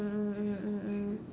mm mm mm mm mm